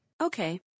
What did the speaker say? Okay